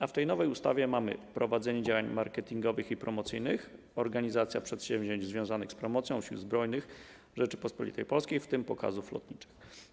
A w tej nowej ustawie mamy: prowadzenie działań marketingowych i promocyjnych, organizacja przedsięwzięć związanych z promocją Sił Zbrojnych Rzeczypospolitej Polskiej, w tym pokazów lotniczych.